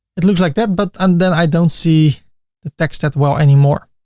it looks like that. but um then i don't see the text that well anymore.